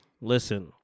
Listen